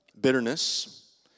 Bitterness